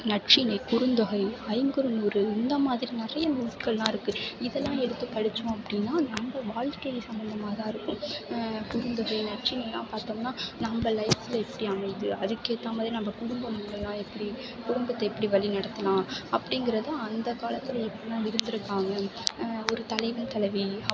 நற்றிணை குறுந்தொகை ஐங்குறுநூறு இந்த மாதிரி நிறைய நூட்களெல்லாம் இருக்குது இதெல்லாம் எடுத்து படித்தோம் அப்படின்னா நம்ம வாழ்க்கை சம்பந்தமாதான் இருக்கும் குறுந்தொகை நற்றிணையெல்லாம் பார்த்தோம்னா நம்ம லைஃப்பில் எப்படி அமையுது அதுக்கேற்ற மாதிரி நம்ம குடும்ப நிலையெல்லாம் எப்படி குடும்பத்தை எப்படி வழி நடத்தலாம் அப்படிங்குறது அந்த காலத்தில் எப்படிலாம் இருந்திருக்காங்க ஒரு தலைவன் தலைவி